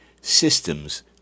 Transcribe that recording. systems